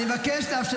אני אעשה מה שאני רוצה,